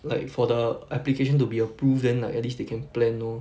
like for the application to be approved then like at least they can plan loh